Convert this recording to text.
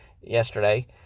yesterday